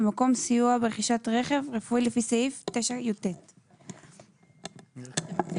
במקום סיוע ברכישת רכב רפואי לפי סעיף 9יט. אתם רוצים